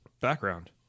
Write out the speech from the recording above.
background